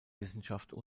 wissenschaften